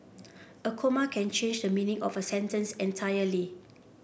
a comma can change the meaning of a sentence entirely